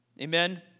Amen